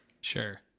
sure